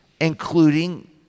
including